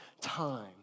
time